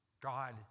God